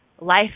Life